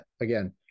again